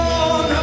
on